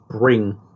bring